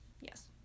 Yes